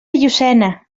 llucena